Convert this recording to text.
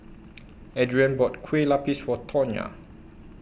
Adriane bought Kueh Lapis For Tawnya